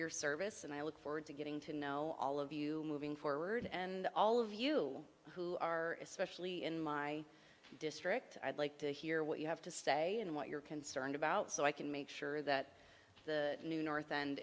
your service and i look forward to getting to know all of you moving forward and all of you who are especially in my district i'd like to hear what you have to say and what you're concerned about so i can make sure that the new north and